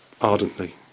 ardently